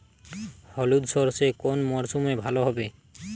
হলুদ সর্ষে কোন মরশুমে ভালো হবে?